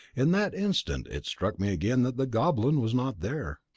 in that instant it struck me again that the goblin was not there.